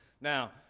now